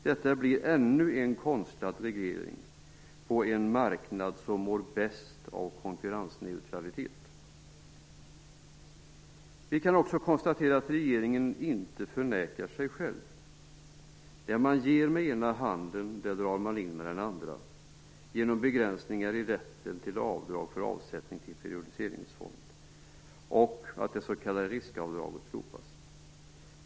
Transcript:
Detta blir ännu en konstlad reglering på en marknad som mår bäst av konkurrensneutralitet. Vi kan också konstatera att regeringen inte förnekar sig. Det man ger med ena handen drar man in med den andra. Detta visar sig genom begränsningarna i rätten till avdrag för avsättning till periodiseringsfond och genom att det s.k. riskavdraget slopas.